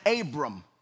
Abram